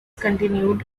continued